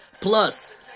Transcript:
Plus